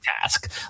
task